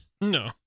No